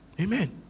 Amen